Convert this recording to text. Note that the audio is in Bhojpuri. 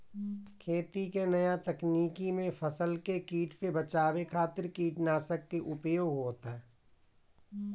खेती के नया तकनीकी में फसल के कीट से बचावे खातिर कीटनाशक के उपयोग होत ह